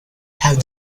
have